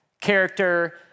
character